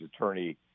Attorney